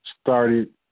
started